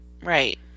right